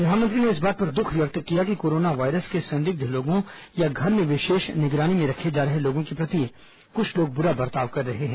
प्रधानमंत्री ने इस बात पर दुख व्यक्त किया कि कोरोना वायरस के संदिग्ध लोगों या घर में विशेष निगरानी में रखे जा रहे लोगों के प्रति लोग बुरा बर्ताव कर रहे हैं